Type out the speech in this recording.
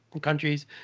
countries